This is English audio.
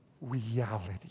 reality